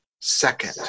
second